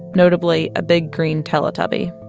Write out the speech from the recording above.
notably a big green teletubby.